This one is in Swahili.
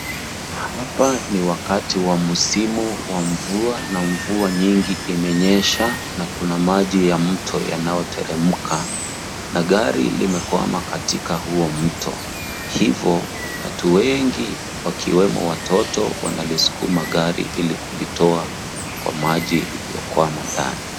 Hapa ni wakati wa msimu ya mvua na mvua nyingi imenyesha na kuna maji ya mti yanayoteremka na gari limekwama katika huo mto hivo watu wengi wakiwemo watoto wanaliskuma gari ili kulitoa kwa maji iliyokwama ndani.